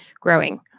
growing